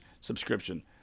subscription